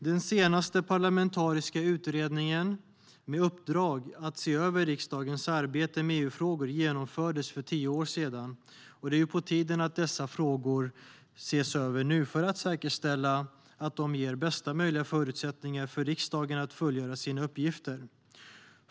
Den senaste parlamentariska utredningen med uppdrag att se över riksdagens arbete med EU-frågor genomfördes för tio år sedan, och det är på tiden att dessa frågor ses över nu, för att säkerställa att riksdagen har bästa möjliga förutsättningar att fullgöra sina uppgifter.